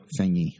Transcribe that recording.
thingy